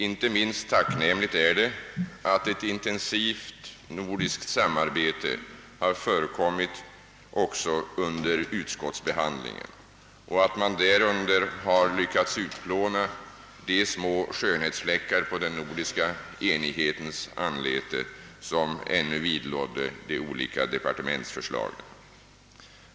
Inte minst tacknämligt är det att ett intensivt nordiskt samarbete har förekommit också under utskottsbehandlingen och att man därvid har lyckats utplåna de små skönhetsfläckar på den nordiska enighetens anlete, som ännu vidlådde de olika departementsförslagen.